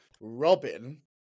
Robin